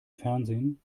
fernsehen